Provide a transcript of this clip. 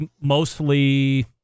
mostly